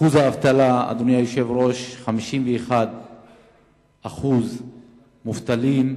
אחוז האבטלה, אדוני היושב-ראש, 51% מובטלים.